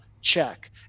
Check